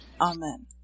Amen